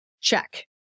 Check